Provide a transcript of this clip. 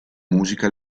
musica